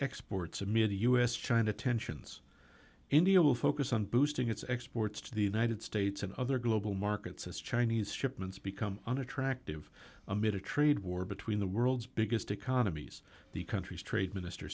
exports amid the u s china tensions india will focus on boosting its exports to the united states and other global markets as chinese shipments become unattractive amid a trade war between the world's biggest economies the country's trade minister